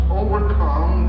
overcome